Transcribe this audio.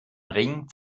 ring